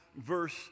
verse